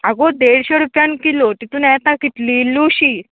आगो देडशें रुपयान किलो तेतून येता कितली इलू शी